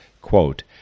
quote